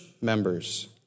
members